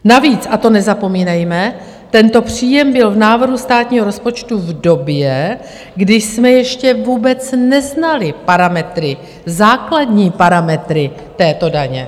Navíc, a to nezapomínejme, tento příjem byl v návrhu státního rozpočtu v době, kdy jsme ještě vůbec neznali parametry, základní parametry této daně.